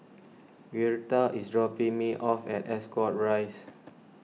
Girtha is dropping me off at Ascot Rise